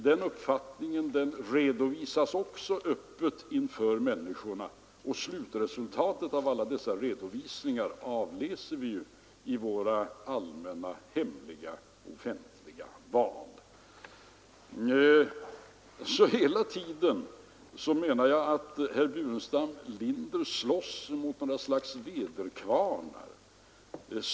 Den uppfattningen redovisas också öppet för människorna, och slutresultatet av alla dessa redovisningar avläser vi i våra allmänna, hemliga, offentliga val. Jag menar att herr Burenstam Linder slåss mot väderkvarnar.